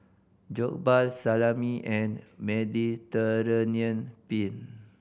Jokbal Salami and Mediterranean Penne